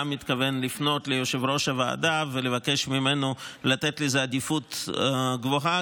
גם מתכוון לפנות ליושב-ראש הוועדה ולבקש ממנו לתת לזה עדיפות גבוהה,